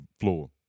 floor